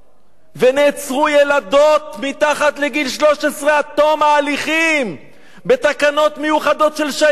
ונעצרו ילדות מתחת לגיל 13 עד תום ההליכים בתקנות מיוחדות של שי ניצן?